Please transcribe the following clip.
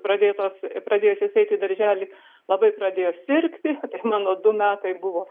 pradėtos pradėjusius eiti į darželį labai pradėjo sirgti ir mano du metai buvo